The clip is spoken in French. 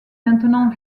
maintenant